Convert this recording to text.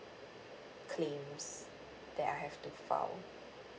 claims that I have to file